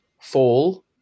Fall